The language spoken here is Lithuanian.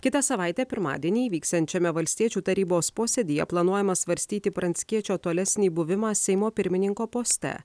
kitą savaitę pirmadienį vyksiančiame valstiečių tarybos posėdyje planuojama svarstyti pranckiečio tolesnį buvimą seimo pirmininko poste